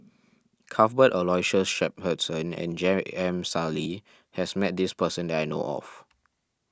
Cuthbert Aloysius Shepherdson and J M Sali has met this person that I know of